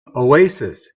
oasis